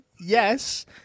yes